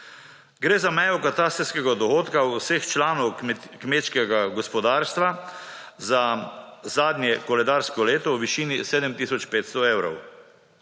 Gre za mejo katastrskega dohodka vseh članov kmečkega gospodarstva za zadnje koledarsko leto v višini 7 tisoč 500 evrov.